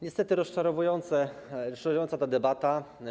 Niestety rozczarowująca ta debata.